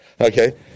okay